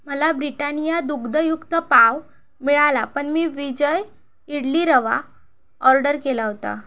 मला ब्रिटानिया दुग्धयुक्त पाव मिळाला पण मी विजय इडली रवा ऑर्डर केला होता